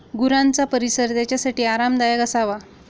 गुरांचा परिसर त्यांच्यासाठी आरामदायक असावा